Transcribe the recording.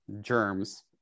germs